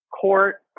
court